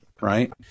right